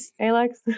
Alex